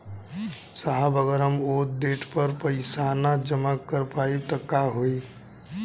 साहब अगर हम ओ देट पर पैसाना जमा कर पाइब त का होइ?